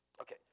Okay